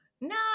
no